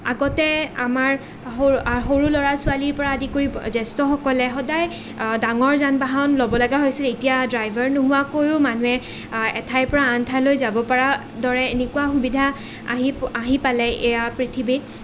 আগতে আমাৰ সৰু সৰু ল'ৰা ছোৱালীৰ পৰা আদি কৰি জ্যেষ্ঠসকলে সদায় ডাঙৰ যান বাহন ল'ব লগা হৈছিল এতিয়া ড্ৰাইভাৰ নোহোৱাকৈয়ো মানুহে এঠাইৰ পৰা আন ঠাইলৈ যাব পাৰা দৰে এনেকুৱা সুবিধা আহি আহি পালে এয়া পৃথিৱীত